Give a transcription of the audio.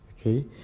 okay